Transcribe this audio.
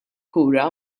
kura